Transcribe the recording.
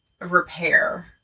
repair